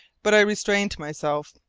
but i restrained myself.